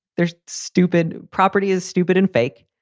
there's stupid property is stupid and fake.